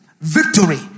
victory